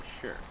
sure